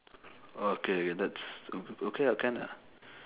okay that's o~ okay lah can lah